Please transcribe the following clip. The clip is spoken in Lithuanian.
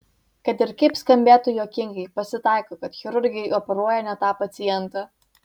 kad ir kaip skambėtų juokingai pasitaiko kad chirurgai operuoja ne tą pacientą